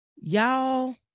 Y'all